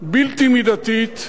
בלתי מידתית,